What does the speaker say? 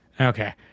Okay